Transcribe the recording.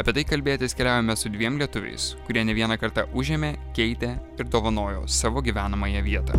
apie tai kalbėtis keliavome su dviem lietuviais kurie ne vieną kartą užėmė keitė ir dovanojo savo gyvenamąją vietą